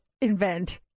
invent